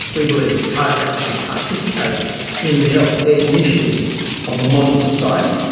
we believe that chiropractors should participate in the healthcare initiatives of a modern society,